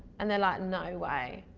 and they're like, no way.